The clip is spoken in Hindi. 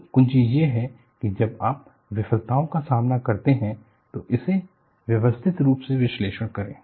तो कुंजी ये है कि जब आप विफलताओं का सामना करते हैं तो इसे व्यवस्थित रूप से विश्लेषण करें